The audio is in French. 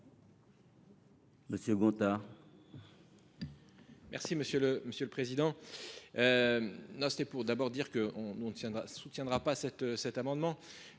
Monsieur Gontard,